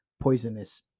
poisonous